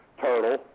turtle